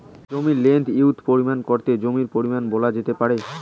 জমির লেন্থ এবং উইড্থ পরিমাপ করে জমির পরিমান বলা যেতে পারে